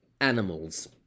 animals